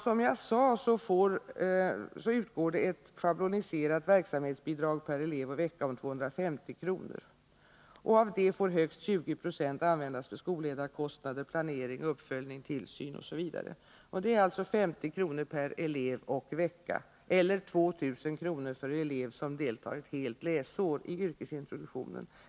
Som jag sade utgår ett schabloniserat verksamhetsbidrag om 250 kr. per elev och vecka. Av detta får högst 20 20 användas för skolledarkostnader, planering, uppföljning, tillsyn osv. — alltså 50 kr. per elev och vecka eller 2000 kr. för elev som deltar ett helt läsår i yrkesintroduktionen.